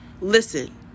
listen